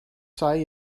sei